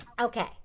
Okay